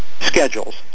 schedules